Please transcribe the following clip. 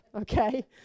Okay